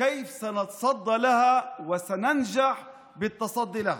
איך נתנגד לו ונצליח להתנגד לו.